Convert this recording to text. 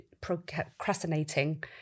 procrastinating